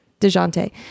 DeJounte